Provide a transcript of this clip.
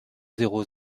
zéro